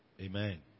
Amen